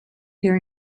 here